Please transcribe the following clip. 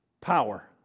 power